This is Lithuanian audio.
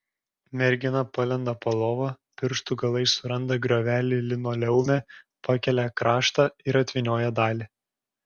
mergina palenda po lova pirštų galais suranda griovelį linoleume pakelia kraštą ir atvynioja dalį